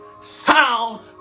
sound